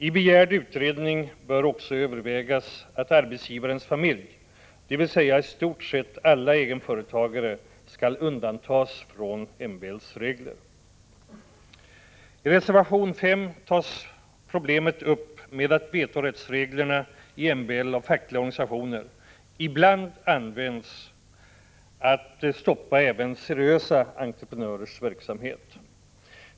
I begärd utredning bör också övervägas att arbetsgivarens familj — dvs. i stort sett alla egenföretagare — skall undantas från MBL:s regler. Reservation 5 tar upp problemet med att vetorättsreglerna i MBL av fackliga organisationer ibland används för att stoppa även seriösa entreprenörers verksamhet.